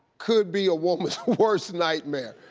could be a woman's worse nightmare.